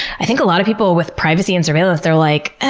i think a lot of people, with privacy and surveillance, they're like,